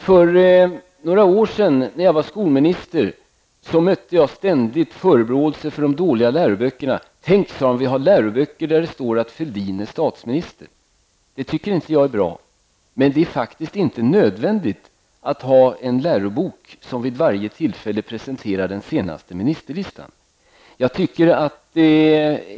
För några år sedan, när jag var skolminister, mötte jag ständigt förebråelser för de dåliga läroböckerna. ''Tänk'', sade man, ''vi har läroböcker där det står att Fälldin är statsminister.'' Jag tycker inte att det är bra, men det är faktiskt inte nödvändigt att ha en lärobok som vid varje tillfälle presenterar den senaste ministerlistan.